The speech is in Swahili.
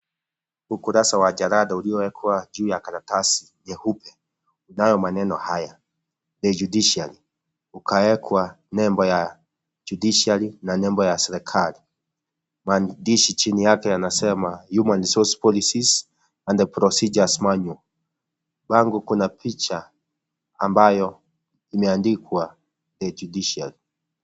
Ukurasa wa jalada uliowekwa juu ya karatasi huu. Inayo maneno haya: " The judiciary " ukuwekwa nembo ya judiciary na nembo ya serikali maandishi chini yake yanasema: " Human resource policies and the procedures manual ". Bango kuna picha ambayo imeandikwa: " The judiciary "